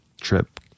trip